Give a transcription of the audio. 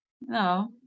No